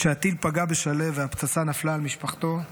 כשהטיל פגע בשליו והפצצה נפלה על משפחתו,